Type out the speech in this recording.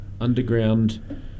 Underground